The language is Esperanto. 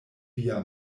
via